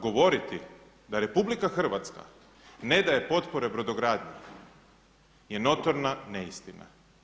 Govoriti da RH ne daje potpore brodogradnji je notorna neistina.